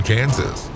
Kansas